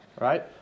right